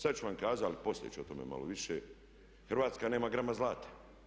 Sad ću vam kazati, ali poslije ću o tome malo više, Hrvatska nema grama zlata.